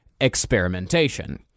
experimentation